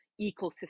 ecosystem